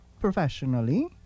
professionally